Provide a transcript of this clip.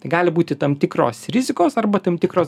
tai gali būti tam tikros rizikos arba tam tikros